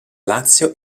lazio